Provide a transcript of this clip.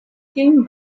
came